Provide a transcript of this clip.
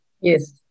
Yes